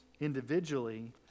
individually